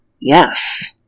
Yes